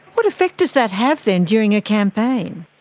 what effect does that have then during a campaign?